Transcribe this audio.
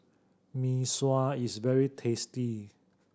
Mee Sua is very tasty